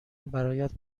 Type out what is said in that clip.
برایت